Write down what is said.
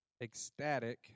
ecstatic